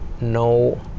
no